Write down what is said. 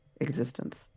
existence